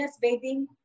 bathing